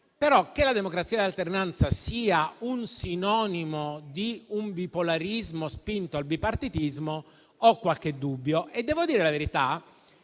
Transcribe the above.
fatto che la democrazia dell'alternanza sia sinonimo di un bipolarismo spinto al bipartitismo nutro però qualche dubbio. Devo dire la verità: